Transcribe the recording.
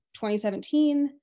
2017